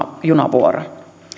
junavuoro